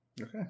Okay